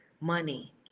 money